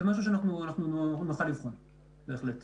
זה משהו שנוכל לבחון, בהחלט.